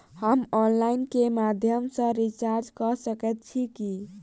हम ऑनलाइन केँ माध्यम सँ रिचार्ज कऽ सकैत छी की?